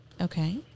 Okay